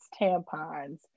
tampons